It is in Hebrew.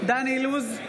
דן אילוז,